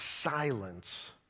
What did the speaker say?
Silence